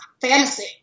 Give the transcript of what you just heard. fantasy